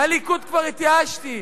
מהליכוד כבר התייאשתי,